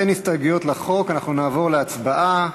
אין הסתייגויות לחוק, ואנחנו נעבור להצבעה.